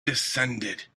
descended